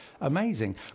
amazing